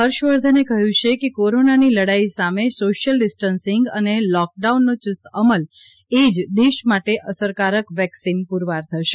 હર્ષવર્ધને કહ્યું છે કે કોરોનાની લડાઈ સામે સોશીયલ ડિસ્ટન્સિંગ અને લોકડાઉનનો યુસ્ત અમલ એ જ દેશ માટે અસરકારક વેક્સિન પુરવાર થશે